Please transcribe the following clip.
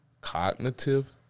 cognitive